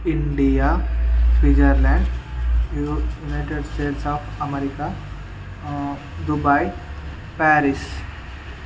India Switzerland U United States of America Dubai Paris